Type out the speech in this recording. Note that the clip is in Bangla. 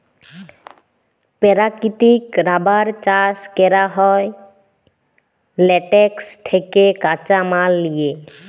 পেরাকিতিক রাবার চাষ ক্যরা হ্যয় ল্যাটেক্স থ্যাকে কাঁচা মাল লিয়ে